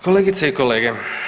Kolegice i kolege.